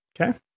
Okay